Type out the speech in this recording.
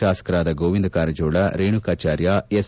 ಶಾಸಕರಾದ ಗೋವಿಂದ ಕಾರಜೋಳ ರೇಣುಕಾಚಾರ್ಯ ಎಸ್